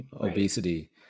obesity